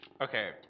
Okay